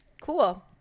cool